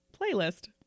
playlist